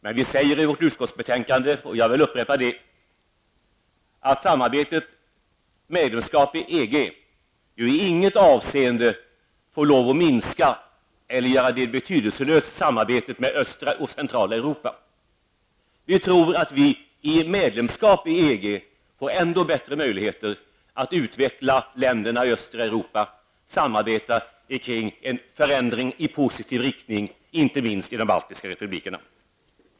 Men vi säger i vårt betänkande, och jag vill upprepa det, att medlemskap i EG i inget avseende får lov att minska eller göra betydelselöst samarbetet med östra och centrala Europa. Vi tror att vi genom medlemskap i EG får ändå bättre möjligheter att utveckla länderna i östra Europa, samarbeta kring en förändring i positiv riktning, inte minst i de baltiska republikerna.